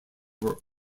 were